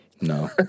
No